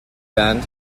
band